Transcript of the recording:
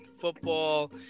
football